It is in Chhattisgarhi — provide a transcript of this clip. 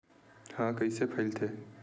ह कइसे फैलथे?